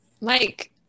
Mike